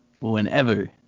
whenever